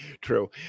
true